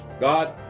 God